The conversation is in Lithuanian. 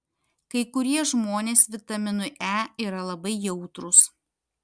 kai kurie žmonės vitaminui e yra labai jautrūs